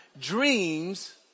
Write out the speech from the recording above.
Dreams